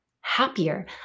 happier